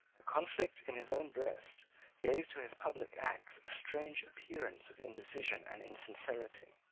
the conflict in his own breast gave to his public acts a strange appearance of indecision and insincerity.